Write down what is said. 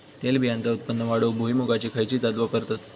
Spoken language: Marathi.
तेलबियांचा उत्पन्न वाढवूक भुईमूगाची खयची जात वापरतत?